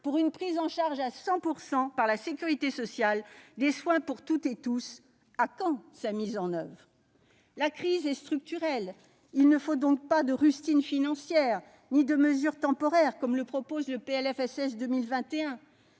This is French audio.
: la prise en charge à 100 %, par la sécurité sociale, des soins pour toutes et tous ; à quand sa mise en oeuvre ? La crise est structurelle ; il ne faut donc pas des rustines financières ni des mesures temporaires, comme le propose le PLFSS pour